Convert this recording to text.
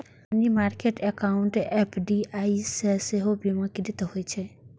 money market account FDIC सं बीमाकृत होइ छै